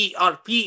ERP